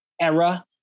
era